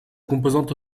composante